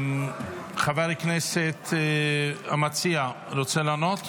חבר הכנסת המציע רוצה לענות?